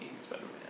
Spider-Man